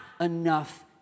enough